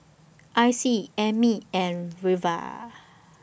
Icy Emmy and Reva